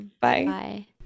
Bye